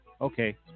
Okay